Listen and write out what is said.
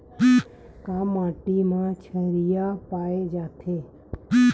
का माटी मा क्षारीय पाए जाथे?